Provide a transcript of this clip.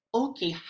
okay